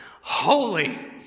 holy